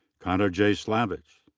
connor j. slavich.